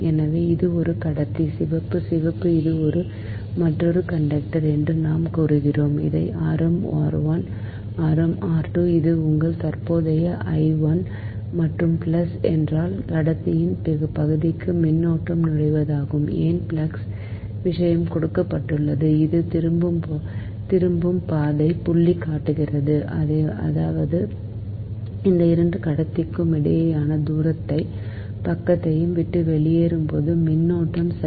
எனவே இது ஒரு கடத்தி சிவப்பு சிவப்பு இது மற்றொரு கண்டக்டர் என்று நாம் கருதுகிறோம் அதன் ஆரம் r 1 ஆரம் r 2 இது உங்கள் தற்போதைய I 1 மற்றும் பிளஸ் என்றால் கடத்தியின் பக்கத்திற்குள் மின்னோட்டம் நுழைவதாகும் ஏன் பிளஸ் விஷயம் கொடுக்கப்பட்டுள்ளது இது திரும்பும் பாதை புள்ளி காட்டுகிறது அதாவது இந்த 2 கடத்திக்கு இடையேயான தூரத்தையும் பக்கத்தையும் விட்டு வெளியேறும் மின்னோட்டம் டி சரி